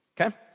okay